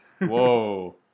whoa